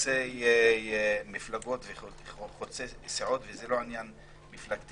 חוצה מפלגות וחוצה סיעות וזה לא עניין מפלגתי,